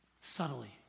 subtly